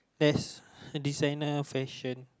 there's designer fashion